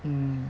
hmm